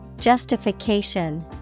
Justification